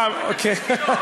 אוקיי.